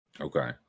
Okay